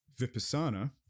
Vipassana